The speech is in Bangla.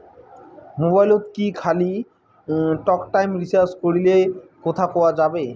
মোবাইলত কি খালি টকটাইম রিচার্জ করিলে কথা কয়া যাবে?